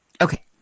Okay